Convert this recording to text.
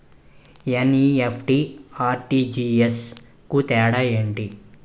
NEFT, RTGS కు తేడా ఏంటి?